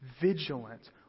vigilant